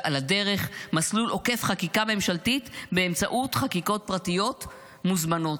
ועל הדרך מסלול עוקף חקיקה ממשלתית באמצעות חקיקות פרטיות מוזמנות,